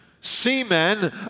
seamen